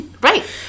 Right